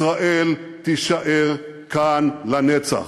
ישראל תישאר כאן לנצח.